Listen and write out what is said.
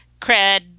cred